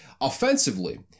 offensively